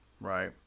right